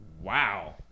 Wow